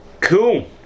Cool